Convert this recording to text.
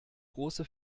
große